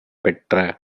பெற்ற